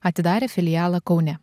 atidarė filialą kaune